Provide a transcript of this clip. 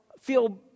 feel